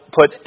put